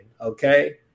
Okay